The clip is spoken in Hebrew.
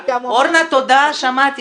אז יהיה לי גם --- ארנה, תודה, שמעתי.